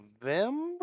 November